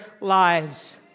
lives